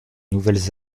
nouvelles